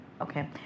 okay